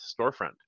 storefront